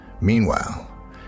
Meanwhile